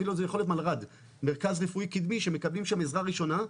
אפילו זה יכול להיות מלר"ד מרכז רפואי קדמי שמקבלים שם עזרה ראשונה.